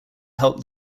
help